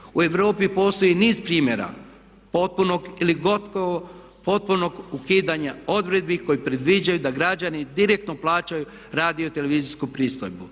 U Europi postoji niz primjera potpunog ukidanja odredbi koje predviđaju da građani direktno plaćaju radiotelevizijsku pristojbu.